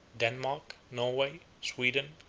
denmark, norway, sweden,